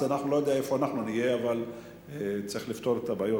אז אני לא יודע איפה אנחנו נהיה,